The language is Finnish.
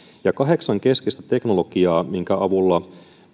on kahdeksan keskeistä teknologiaa minkä avulla